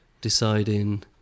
deciding